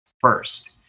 first